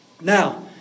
Now